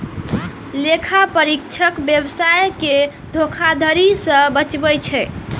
लेखा परीक्षक व्यवसाय कें धोखाधड़ी सं बचबै छै